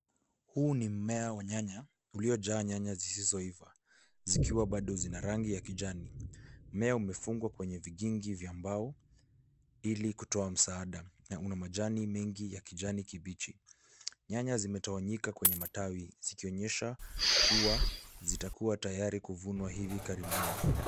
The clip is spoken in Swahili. Huu ni mmea wa nyanya uliojaa nyanya zisizo iva zikiwa bado zina rangi ya kijani. Mmea umefungwa kwenye vigingi vya mbao ili kutoa msaada na una majani mengi ya kijani kibichi. Nyanya zimetawanyika kwenye matawi zikionyesha kuwa zitakuwa tayari kuvunwa hivi karibuni.